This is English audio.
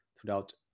throughout